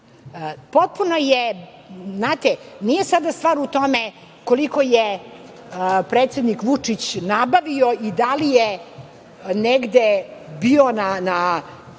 sve na jedinstvo. Nije sada stvar u tome koliko je predsednik Vučić nabavio i da li je negde bio na